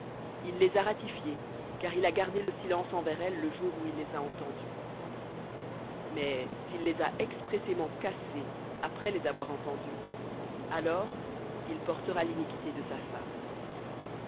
il les a ratifiés car il a gardé le silence envers elle le jour où il les a entendus mais s'il les a expressément cassés après les avoir entendus alors il portera l'iniquité de sa femme